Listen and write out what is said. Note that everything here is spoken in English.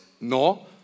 No